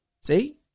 See